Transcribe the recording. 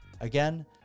Again